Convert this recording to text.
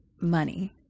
money